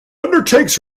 undertakes